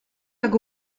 hag